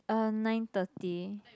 uh nine thirty